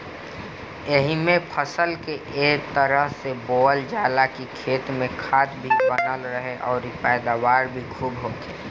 एइमे फसल के ए तरह से बोअल जाला की खेत में खाद भी बनल रहे अउरी पैदावार भी खुब होखे